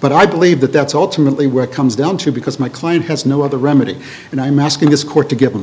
but i believe that that's ultimately where it comes down to because my client has no other remedy and i'm asking this court to give them